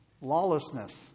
lawlessness